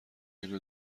اینو